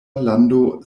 lando